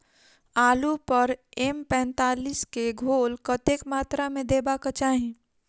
आलु पर एम पैंतालीस केँ घोल कतेक मात्रा मे देबाक चाहि?